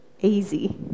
easy